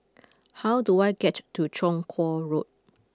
how do I get to Chong Kuo Road